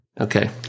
Okay